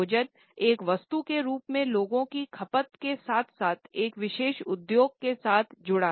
भोजन एक वस्तु के रूप में लोगों की खपत के साथ साथ एक विशेष उद्योग के साथ जुड़ा है